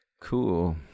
Cool